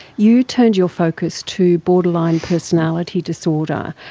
you turned your focus to borderline personality disorder.